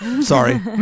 Sorry